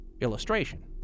illustration